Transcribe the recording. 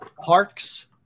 Parks